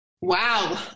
wow